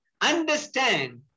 understand